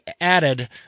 added